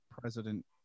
president